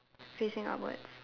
facing upwards